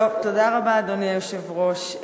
אדוני היושב-ראש,